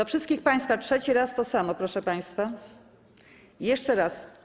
Do wszystkich państwa: trzeci raz to samo, proszę państwa, jeszcze raz.